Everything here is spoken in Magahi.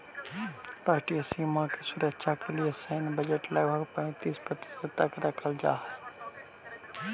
राष्ट्रीय सीमा के सुरक्षा के लिए सैन्य बजट लगभग पैंतीस प्रतिशत तक रखल जा हई